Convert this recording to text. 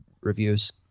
reviews